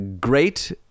great